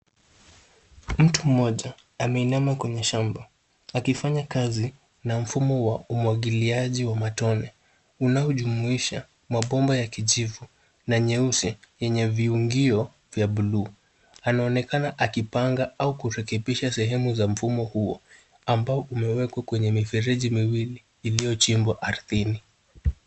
Mtu mmoja ameinama kwenye shamba akifanya kazi na mfumo wa umwagiliaji wa matone unaojumuisha mabomba ya kijivu na nyeusi yenye viungio vya buluu. Anaonekana akipanga au kurekebisha sehemu za mfumo huo ambao umewekwa kwenye mifereji miwili iliyochimbwa ardhini.